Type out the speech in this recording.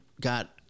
got